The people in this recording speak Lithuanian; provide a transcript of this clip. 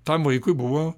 tam vaikui buvo